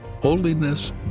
Holiness